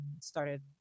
started